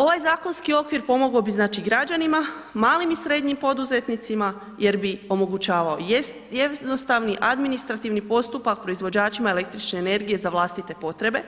Ovaj zakonski okvir pomogao bi znači građanima, malim i srednjim poduzetnicima jer bi omogućavao jednostavni administrativni postupak proizvođačima energije za vlastite potrebe,